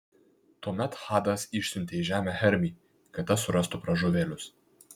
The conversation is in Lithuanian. tuomet hadas išsiuntė į žemę hermį kad tas surastų pražuvėlius